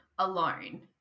alone